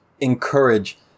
encourage